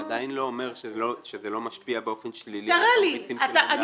זה עדיין לא אומר שזה לא משפיע באופן שלילי --- תראה לי מחקר,